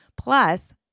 plus